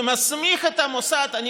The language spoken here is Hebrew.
זה מסמיך את המוסד לפטור מקנסות.